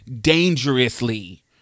dangerously